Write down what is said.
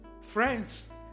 Friends